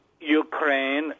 Ukraine